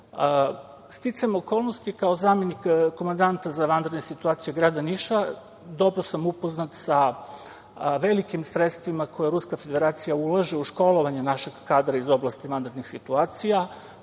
okolnosti, kao zamenik komandanta za vanredne situacije grada Niša, dobro sam upoznat sa velikim sredstvima koja Ruska Federacija ulaže u školovanje našeg kadra iz oblasti vanrednih situacija.